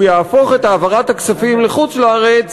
הוא יהפוך את העברת הכספים לחוץ-לארץ